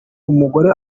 umugore